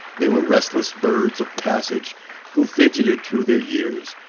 they were restless birds of passage who fidgeted through their years,